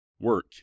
work